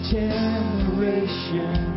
generation